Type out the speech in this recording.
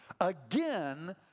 Again